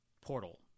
portal